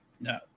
no